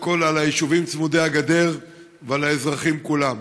כול על היישובים צמודי הגדר ועל האזרחים כולם.